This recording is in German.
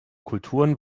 kulturen